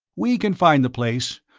we can find the place.